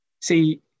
see